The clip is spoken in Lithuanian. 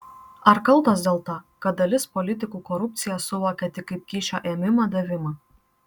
ar kaltos dėl to kad dalis politikų korupciją suvokia tik kaip kyšio ėmimą davimą